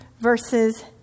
verses